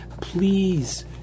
please